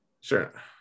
Sure